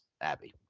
Abby